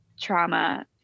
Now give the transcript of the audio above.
trauma